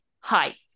hi